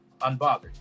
unbothered